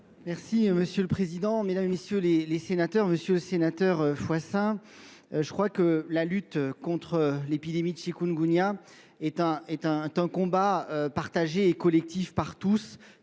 Merci Monsieur le Président, Mesdames et Messieurs les Sénateurs, Monsieur le Sénateur Foissin, je crois que la lutte contre l'épidémie chikungunya est un combat partagé et collectif par tous,